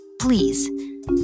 Please